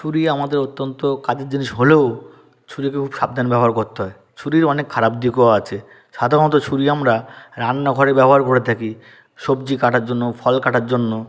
ছুরি আমাদের অত্যন্ত কাজের জিনিস হলেও ছুরিকে খুব সাবধানে ব্যবহার করতে হয় ছুরির অনেক খারাপ দিকও আছে সাধারণত ছুরি আমরা রান্নাঘরে ব্যবহার করে থাকি সবজি কাটার জন্য ফল কাটার জন্য